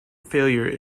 failure